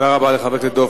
תודה רבה לחבר הכנסת דב